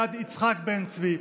יד יצחק בן-צבי,